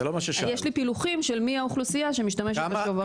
יש לי פילוחים של מי האוכלוסייה שמשתמשת בשוברים.